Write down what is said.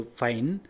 fine